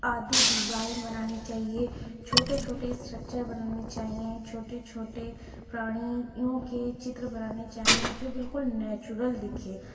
آدی ڈیزائن بنانی چاہیے چھوٹے چھوٹے اسٹرکچر بنانے چاہئیں چھوٹے چھوٹے پرانیوں کے چتر بنانے چاہئیں جو بالکل نیچورل دکھے